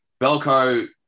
Belco